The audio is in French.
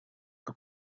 que